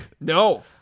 No